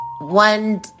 One